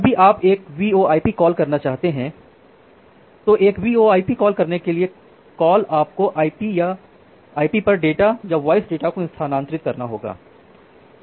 जब भी आप एक VoIP कॉल करना चाहते हैं तो एक VoIP कॉल करने के लिए कॉल आपको आईपी पर डेटा या वॉइस डेटा को स्थानांतरित करना होगा